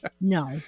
no